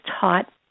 taught